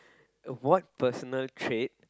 of what personal trait